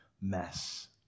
mess